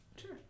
sure